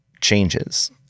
changes